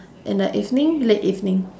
at night evening late evening